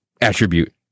attribute